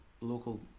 local